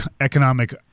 economic